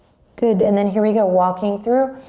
good, and then here we go, walking through.